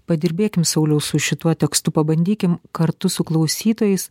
padirbėkim sauliau su šituo tekstu pabandykim kartu su klausytojais